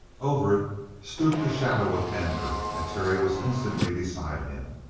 over it stooped the shadow of denver, and terry was instantly beside him.